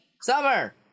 Summer